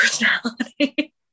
personality